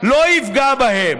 לא יפגע בהם.